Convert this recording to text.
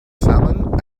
salmon